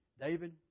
David